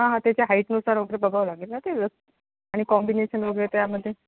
हां हा त्याच्या हाईटनुसार वगैरे बघावं लागेल ना ते व्यवस्थित आणि कोम्बिनेशन वगैरे त्यामध्ये